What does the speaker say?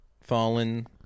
Fallen